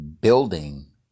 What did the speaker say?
building